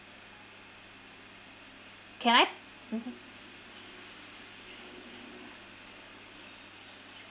can I mmhmm